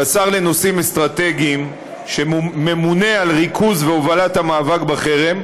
כשר לנושאים אסטרטגיים שממונה על ריכוז והובלת המאבק בחרם,